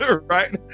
right